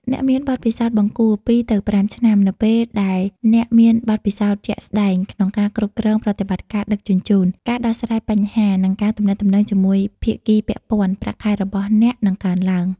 អ្នកមានបទពិសោធន៍បង្គួរ (2ទៅ5 ឆ្នាំ) នៅពេលដែលអ្នកមានបទពិសោធន៍ជាក់ស្តែងក្នុងការគ្រប់គ្រងប្រតិបត្តិការដឹកជញ្ជូន ការដោះស្រាយបញ្ហា និងការទំនាក់ទំនងជាមួយភាគីពាក់ព័ន្ធ ប្រាក់ខែរបស់អ្នកនឹងកើនឡើង។